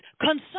concern